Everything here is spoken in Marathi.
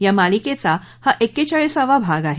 या मालिकेचा हा एक्केचाळीसावा भाग आहे